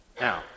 Now